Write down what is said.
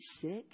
sick